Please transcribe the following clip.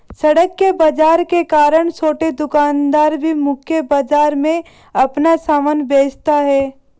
सड़क के बाजार के कारण छोटे दुकानदार भी मुख्य बाजार में अपना सामान बेचता है